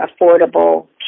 affordable